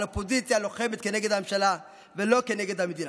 על אופוזיציה לוחמת כנגד הממשלה ולא כנגד המדינה.